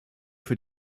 für